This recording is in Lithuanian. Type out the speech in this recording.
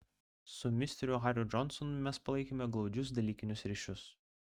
su misteriu hariu džonsonu mes palaikėme glaudžius dalykinius ryšius